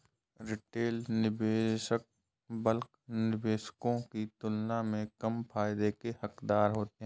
retail निवेशक bulk निवेशकों की तुलना में कम फायदे के हक़दार होते हैं